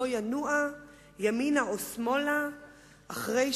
את המדינה, על כך